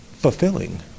Fulfilling